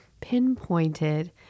pinpointed